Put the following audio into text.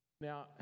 Now